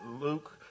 Luke